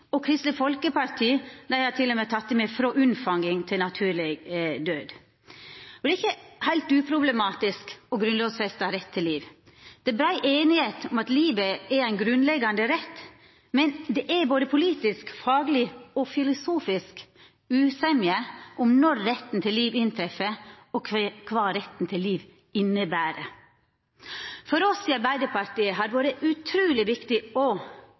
liv. Kristeleg Folkeparti har til og med teke med «frå unnfanging til naturleg død». Det er ikkje heilt uproblematisk å grunnlovfeste rett til liv. Det er brei einigheit om at livet er ein grunnleggande rett, men det er politisk, fagleg og filosofisk ueinigheit om når retten til liv inntreff, og kva retten til liv inneber. For oss i Arbeidarpartiet har det vore utruleg viktig å sikra at diskusjonen om abort vert ført av Stortinget, og